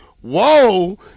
whoa